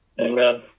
Amen